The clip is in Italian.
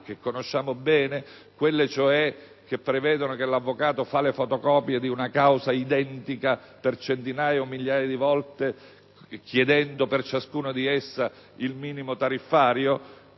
ben note cause seriali, che prevedono che l'avvocato faccia la fotocopia di una causa identica per centinaia o migliaia di volte chiedendo per ciascuna di esse il minimo tariffario?